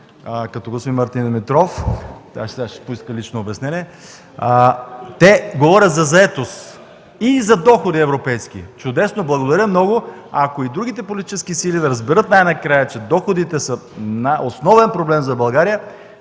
като господин Мартин Димитров (сега ще поиска сигурно лично обяснение), те говорят за заетост и за доходи европейски. Чудесно! Благодаря много! Ако и другите политически сили разберат най-накрая, че доходите са основен проблем за България,